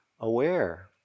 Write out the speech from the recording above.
aware